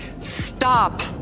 stop